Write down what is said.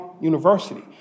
University